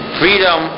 freedom